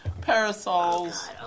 Parasols